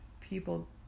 people